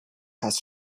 has